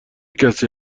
کسی